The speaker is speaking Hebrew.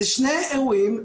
זה שני אירועים נפרדים.